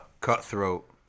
cutthroat